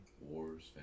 Wars